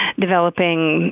developing